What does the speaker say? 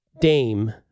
Dame